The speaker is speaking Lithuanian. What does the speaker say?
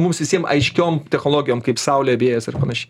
mums visiem aiškiom technologijom kaip saulė vėjas ir panašiai